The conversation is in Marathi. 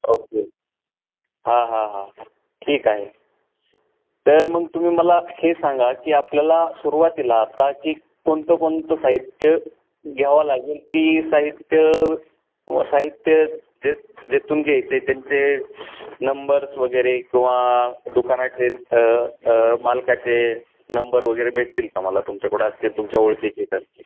ओक्के हां हां हां हां ठीक आहे तर मग तुम्ही मला हे सांगा की आपल्याला सुरुवातीला आता की कोणतं कोणतं साहित्य घ्यावं लागेल की साहित्य साहित्य जे जेथून घ्यायचे आहे त्यांचे नंबर्स वगैरे किंवा दुकानाचे मालकाचे नंबर वगैरे भेटतील का मला तुमच्याकडं असतील तुमच्या ओळखीचे तर